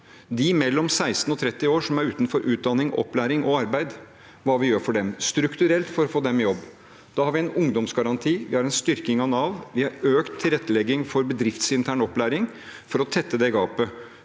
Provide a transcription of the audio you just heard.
de mellom 16 og 30 år som er utenfor utdanning, opplæring og arbeid, hva vi gjør for dem strukturelt for å få dem i jobb. Da har vi en ungdomsgaranti, vi har en styrking av Nav, og vi har økt tilrettelegging for bedriftsintern opplæring for å tette gapet.